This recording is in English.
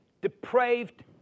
depraved